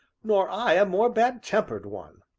nor i a more bad-tempered one.